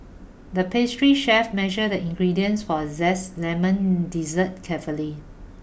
the pastry chef measure the ingredients for a zesty lemon dessert carefully